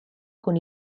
con